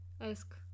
Ask